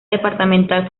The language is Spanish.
departamental